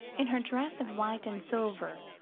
in her dress of white and silver,